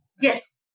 yes